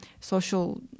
social